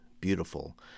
beautiful